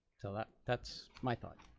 so that that's my thought.